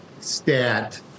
stat